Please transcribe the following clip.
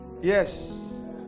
yes